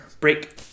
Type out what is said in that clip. break